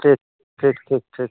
ᱴᱷᱤᱠ ᱴᱷᱤᱠᱼᱴᱷᱤᱠᱼ ᱴᱷᱤᱠ